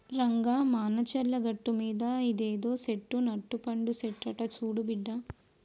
రంగా మానచర్ల గట్టుమీద ఇదేదో సెట్టు నట్టపండు సెట్టంట సూడు బిడ్డా